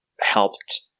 helped